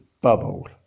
bubble